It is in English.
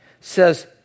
says